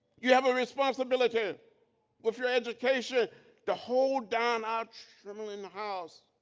you have a responsibility with your education to hold down our trembling house.